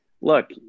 look